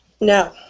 No